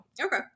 Okay